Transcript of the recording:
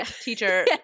teacher